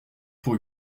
pour